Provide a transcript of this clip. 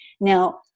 now